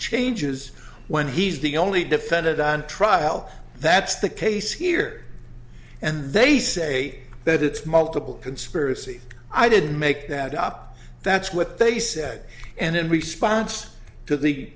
changes when he's the only defendant on trial that's the case here and they say that it's multiple conspiracy i didn't make that up that's what they said and in response to the